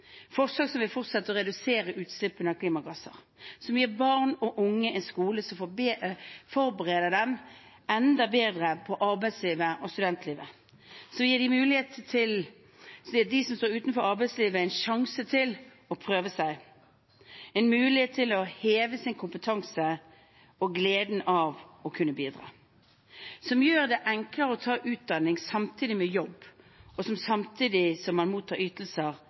forslag som vil fortsette å redusere utslippene av klimagasser, som gir barn og unge en skole som forbereder dem enda bedre på arbeidslivet og studentlivet, og som gir dem som står utenfor arbeidslivet, en sjanse til å prøve seg, en mulighet til å heve sin kompetanse og kjenne gleden av å kunne bidra. Det er forslag som gjør det enklere å ta utdanning samtidig med jobb og samtidig som man mottar ytelser